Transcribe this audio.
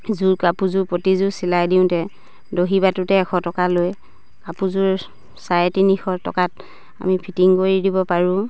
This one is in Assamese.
কাপোৰযোৰ প্ৰতিযোৰ চিলাই দিওঁতে দহি বাটোতে এশ টকা লৈ কাপোৰযোৰ চাৰে তিনিশ টকাত আমি ফিটিং কৰি দিব পাৰোঁ